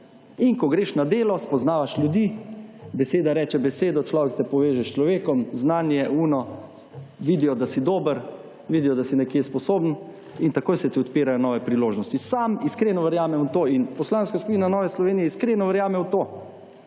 in ko greš na delo, spoznavaš ljudi, beseda reče besedo, človek te poveže s človekom, znanje, tisto, vidijo da si dober, vidijo da si nekje sposoben in takoj se ti odpirajo nove priložnosti. Sam iskreno verjamem v to in Poslanska skupina NSi iskreno verjame v to